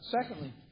Secondly